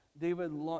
David